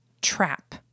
trap